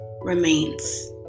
remains